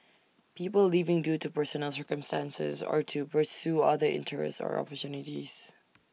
people leaving due to personal circumstances or to pursue other interests or opportunities